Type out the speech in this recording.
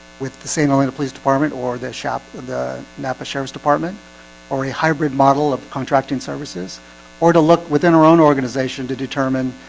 with the same only the police department or the shop the the napa sheriff's department or a hybrid model of contracting services or to look within our own organization to determine,